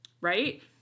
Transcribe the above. right